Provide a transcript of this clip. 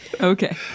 Okay